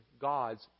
God's